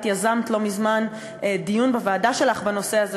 את יזמת לא מזמן דיון בוועדה שלך בנושא הזה,